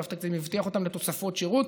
אגף תקציבים הבטיח אותם לתוספות שירות.